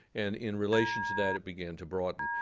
and in relation to that, it began to broaden.